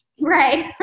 Right